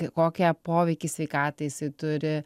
kokią poveikį sveikatai jisai turi